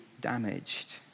damaged